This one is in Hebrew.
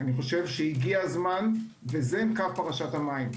אני חושב שזה קו פרשת המים.